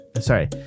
sorry